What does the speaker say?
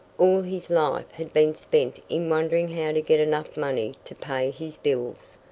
all his life had been spent in wondering how to get enough money to pay his bills,